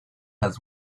has